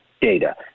data